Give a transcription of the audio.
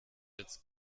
jetzt